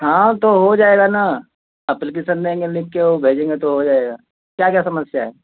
हाँ तो हो जाएगा ना अप्लीकेसन देंगे लिख के ओ भेजेंगे तो हो जाएगा क्या क्या समस्या है